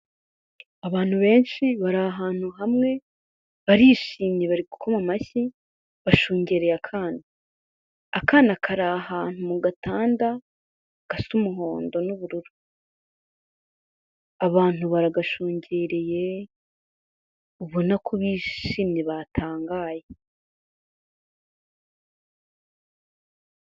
Abantu benshi bari ahantu hamwe barishimye bari gukoma amashyi, bashungereye akana. Akana kari ahantu mu gatanda kasa umuhondo n'ubururu. Abantu baragashungereye ubona ko bishimye batangaye.